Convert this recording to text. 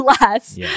less